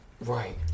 Right